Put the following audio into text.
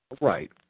Right